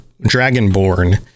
Dragonborn